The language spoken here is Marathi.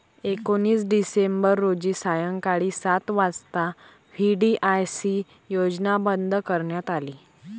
एकोणीस डिसेंबर रोजी सायंकाळी सात वाजता व्ही.डी.आय.सी योजना बंद करण्यात आली